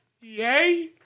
Yay